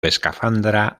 escafandra